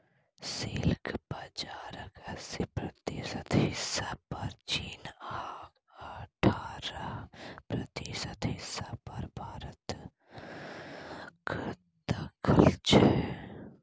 silk बजारक अस्सी प्रतिशत हिस्सा पर चीन आ अठारह प्रतिशत हिस्सा पर भारतक दखल छै